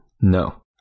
No